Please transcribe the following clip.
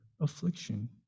affliction